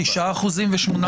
9% ו-18%.